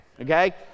okay